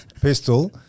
Pistol